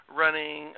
running